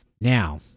Now